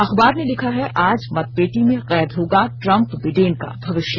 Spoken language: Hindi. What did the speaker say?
अखबार ने लिखा है आज मतपेटी में कैद होगा ट्रंप बिडेन का भविष्य